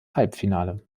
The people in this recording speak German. halbfinale